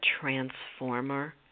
transformer